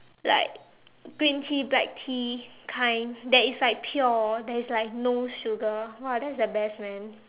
like green tea black tea kind that is like pure that is like no sugar !wah! that's the best man